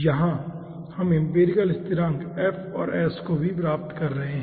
यहाँ हम एम्पिरिकल स्थिरांक f और s को भी प्राप्त कर रहे हैं